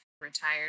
retired